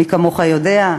מי כמוך יודע,